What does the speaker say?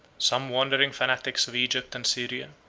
some wandering fanatics of egypt and syria,